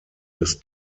des